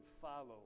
follow